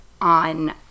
on